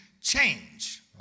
change